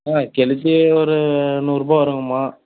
ஆ கெளுத்தி ஒரு நூறுரூபா வருங்கம்மா